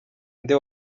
nde